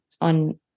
on